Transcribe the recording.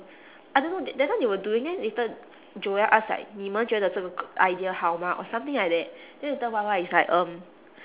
I don't know they that time they were doing then later joel ask like 你们觉得这个 g~ idea 好吗 or something like that then later Y_Y is like um